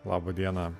laba diena